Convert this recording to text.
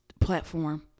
platform